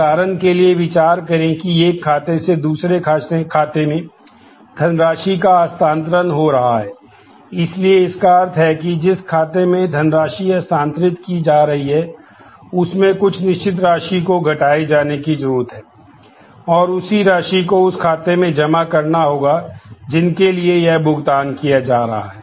उदाहरण के लिए विचार करें कि एक खाते से दूसरे खाते में धनराशि का हस्तांतरण हो रहा है इसलिए इसका अर्थ है कि जिस खाते से धनराशि हस्तांतरित की जा रही है उसमें कुछ निश्चित राशि को घटाए जाने की जरूरत है और उसी राशि को उस खाते में जमा करना होगा जिनके लिए यह भुगतान किया जा रहा है